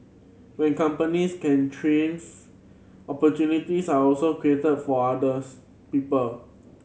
when companies can opportunities are also created for others people